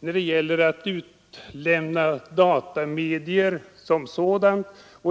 när det gäller att utlämna datamedier som sådana.